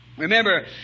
Remember